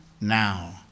now